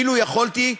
אילו יכולתי,